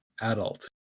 adult